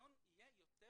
המנגנון יהיה יותר